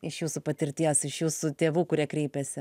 iš jūsų patirties iš jūsų tėvų kurie kreipėsi